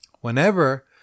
Whenever